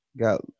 got